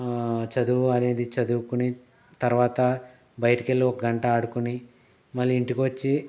చదువు అనేది చదువుకునే తర్వాత బయటికెళ్ళి ఒక గంట ఆడుకుని మళ్ళీ ఇంటికి వచ్చి